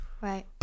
Right